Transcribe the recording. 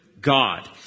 God